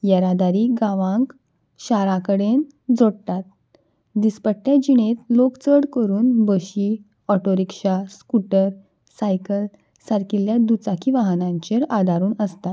येरादारी गांवांक शारा कडेन जोडटात दिसपट्ट्या जिणेंत लोक चड करून बशी ऑटो रिक्क्षा स्कुटर सायकल सारकिल्ल्या दुचाकी वाहनांचेर आदारून आसता